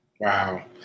Wow